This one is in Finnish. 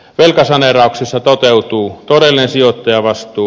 velkasaneerauksessa toteutuu todellinen sijoittajavastuu